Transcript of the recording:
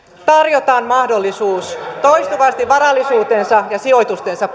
tarjotaan mahdollisuus toistuvasti varallisuutensa ja sijoitustensa